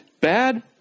Bad